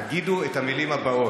תגידו את המילים האלה: